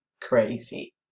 crazy